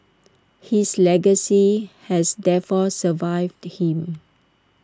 his legacy has therefore survived him